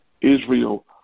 Israel